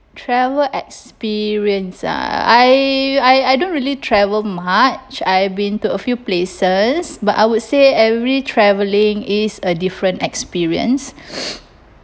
travel experience ah I I I don't really travel much I been to a few places but I would say every travelling is a different experience